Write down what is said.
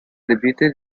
debuted